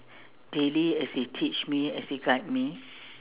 daily as he teach me as he guide me